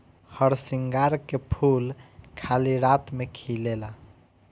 हरसिंगार के फूल खाली राती में खिलेला